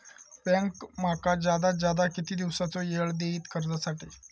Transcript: Bank माका जादात जादा किती दिवसाचो येळ देयीत कर्जासाठी?